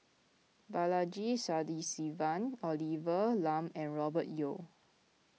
Balaji Sadasivan Olivia Lum and Robert Yeo